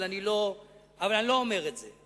אבל אני לא אומר את זה.